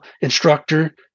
instructor